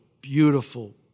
beautiful